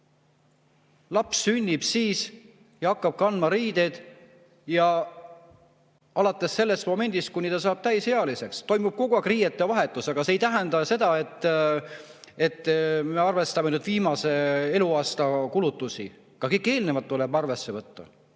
Laps sünnib ja hakkab kandma riided. Ja alates sellest momendist ajani, kui ta saab täisealiseks, toimub kogu aeg riiete vahetus. See ju ei tähenda seda, et me arvestame viimase eluaasta kulutusi. Ka kõik eelnevad tuleb arvesse võtta,